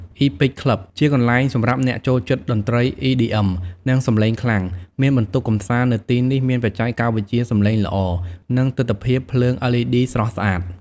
Epic Club ជាកន្លែងសម្រាប់អ្នកចូលចិត្តតន្ត្រី EDM និងសំឡេងខ្លាំង មានបន្ទប់កម្សាន្តនៅទីនេះមានបច្ចេកវិទ្យាសំឡេងល្អ និងទិដ្ឋភាពភ្លើង LED ស្រស់ស្អាត។